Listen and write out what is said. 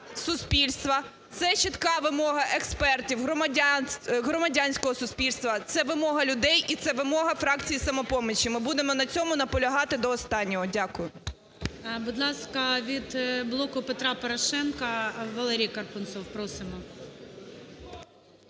суспільства. Це чітка вимога експертів, громадянського суспільства. Це вимога людей і це вимога фракції "Самопомочі", ми будемо на цьому наполягати до останнього. Дякую. ГОЛОВУЮЧИЙ. Будь ласка, від "Блоку Петра Порошенка" Валерій Карпунцов. Просимо.